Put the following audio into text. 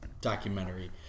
Documentary